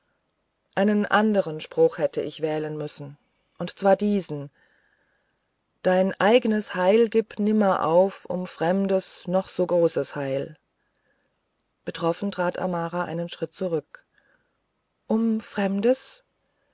einen anderen spruch hätte ich wählen müssen und zwar diesen dein eigenes heil gib nimmer auf um fremdes noch so großes heil betroffen trat amara einen schritt zurück um fremdes